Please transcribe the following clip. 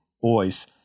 boys